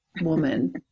woman